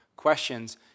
questions